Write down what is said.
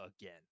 again